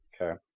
Okay